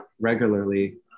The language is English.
regularly